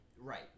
Right